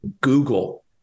Google